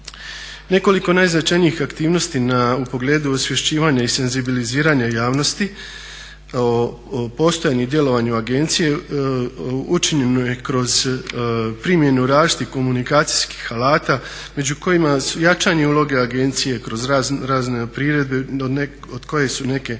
Nekoliko najznačajnijih aktivnosti u pogledu osvješćivanja i senzibiliziranja javnosti o postojanju i djelovanju agencije učinjeno je kroz primjenu različitih komunikacijskih alata među kojima su jačanje uloge agencije kroz razne priredbe od kojih su neke